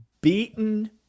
beaten